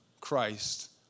Christ